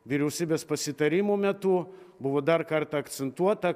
vyriausybės pasitarimo metu buvo dar kartą akcentuota